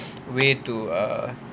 way to err